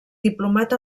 diplomat